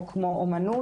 או כמו אומנות,